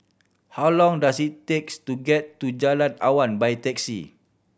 how long does it takes to get to Jalan Awan by taxi